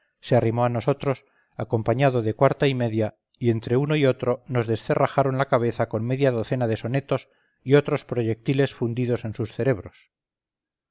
se arrimó a nosotros acompañado de cuarta y media y entre uno y otro nos descerrajaron la cabeza con media docena de sonetos yotros proyectiles fundidos en sus cerebros